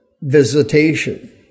visitation